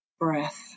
breath